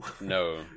No